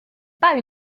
pas